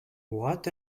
what